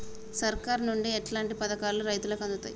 సర్కారు నుండి ఎట్లాంటి పథకాలు రైతులకి అందుతయ్?